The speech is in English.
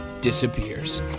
disappears